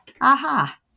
aha